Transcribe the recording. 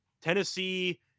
Tennessee